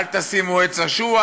אל תשימו עץ אשוח